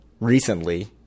recently